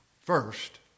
First